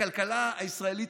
הכלכלה הישראלית